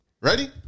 Ready